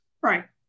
Right